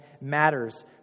matters